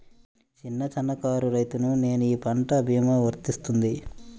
చిన్న సన్న కారు రైతును నేను ఈ పంట భీమా వర్తిస్తుంది?